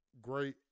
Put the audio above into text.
great